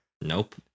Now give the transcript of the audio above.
Nope